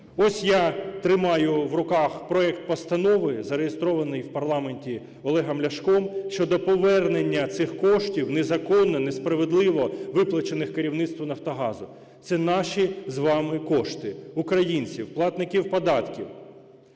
Ось я тримаю в руках проект постанови, зареєстрований у парламенті Олегом Ляшком, щодо повернення цих коштів, незаконно, несправедливо виплачених керівництву "Нафтогазу". Це наші з вами кошти, українців, платників податків.